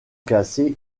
casser